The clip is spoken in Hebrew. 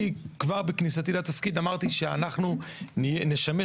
אני כבר בכניסתי לתפקיד אמרתי שאנחנו נשמש